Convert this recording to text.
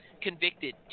convicted